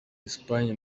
esipanye